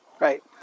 Right